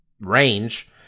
range